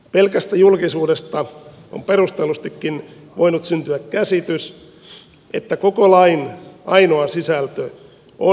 pelkästä julkisuudesta on perustellustikin voinut syntyä käsitys että koko lain ainoa sisältö on henkilöstömitoitus